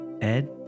Ed